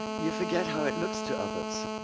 you forget how it looks to others.